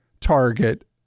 target